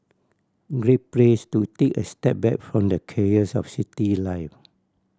great place to take a step back from the chaos of city life